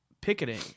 picketing